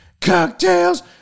cocktails